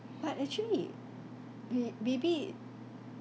but actually m~ maybe